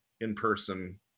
in-person